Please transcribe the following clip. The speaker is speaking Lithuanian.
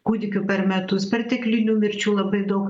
kūdikių per metus perteklinių mirčių labai daug